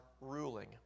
ruling